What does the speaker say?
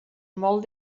molt